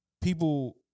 people